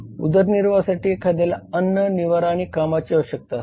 उदरनिर्वाहासाठी एखाद्याला अन्न निवारा आणि कामाची आवश्यकता असते